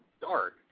dark